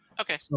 Okay